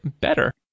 better